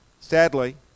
Sadly